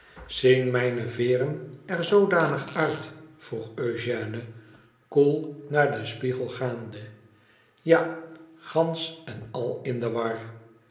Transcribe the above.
izien mijne veeren er zoodanig uit vroeg eugène koel naar den spiegel gaande i ja gansch en al in de war